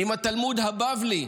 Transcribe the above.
עם התלמוד הבבלי,